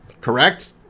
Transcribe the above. Correct